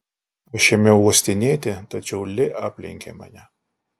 aš ėmiau uostinėti tačiau li aplenkė mane